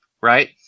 Right